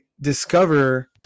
discover